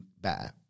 better